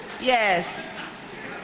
Yes